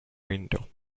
window